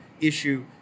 issue